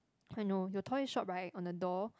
I know your toy shop right on the door